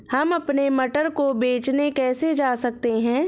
हम अपने मटर को बेचने कैसे जा सकते हैं?